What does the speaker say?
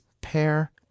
pair